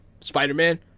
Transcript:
Spider-Man